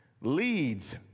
leads